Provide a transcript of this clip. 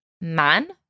man